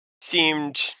seemed